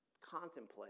contemplate